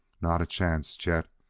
not a chance, chet.